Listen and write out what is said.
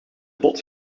bot